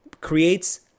creates